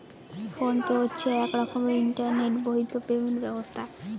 phone pay হচ্ছে এক রকমের ইন্টারনেট বাহিত পেমেন্ট ব্যবস্থা